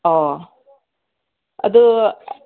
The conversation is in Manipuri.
ꯑꯣ ꯑꯗꯨ